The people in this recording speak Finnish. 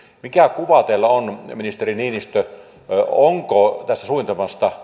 mikä kuva teillä on ministeri niinistö onko tästä suunnitelmasta